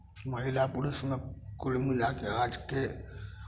महिला पुरुषमे कुल मिला कऽ आजके